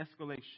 escalation